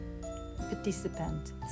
participant